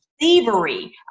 thievery